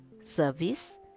service